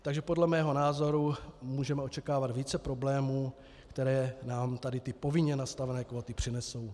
Takže podle mého názoru můžeme očekávat více problémů, které nám tady ty povinně nastavené kvóty přinesou.